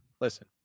listen